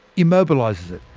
immobilises it,